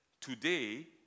today